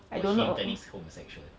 for him turning homosexual